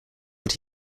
but